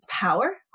power